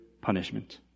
punishment